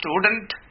student